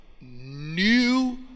new